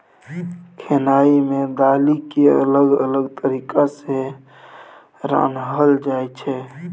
खेनाइ मे दालि केँ अलग अलग तरीका सँ रान्हल जाइ छै